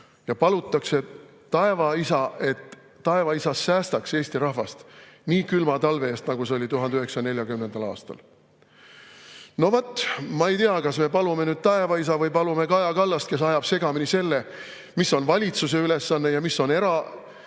ja palutakse taevaisa, et taevaisa säästaks Eesti rahvast nii külma talve eest, nagu see oli 1940. aastal. No vaat, ma ei tea, kas me palume nüüd taevaisa või palume Kaja Kallast, kes ajab segamini selle, mis on valitsuse ülesanne ja mis on erafirmade